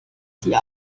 die